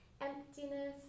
emptiness